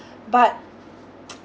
but